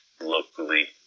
locally